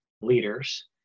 leaders